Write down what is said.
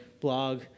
blog